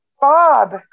Bob